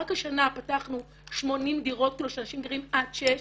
רק השנה פתחנו 80 דירות כאלו שאנשים גרים עד שש.